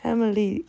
Emily